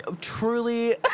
truly